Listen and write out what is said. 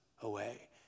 away